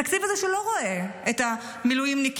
התקציב הזה לא רואה את המילואימניקית